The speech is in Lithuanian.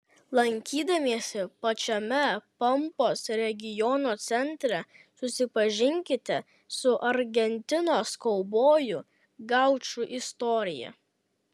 lankydamiesi pačiame pampos regiono centre susipažinkite su argentinos kaubojų gaučų istorija